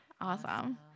awesome